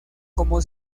como